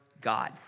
God